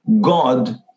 God